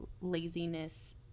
laziness